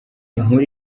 inkuru